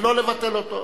ולא לבטל אותו.